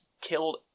killed